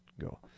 go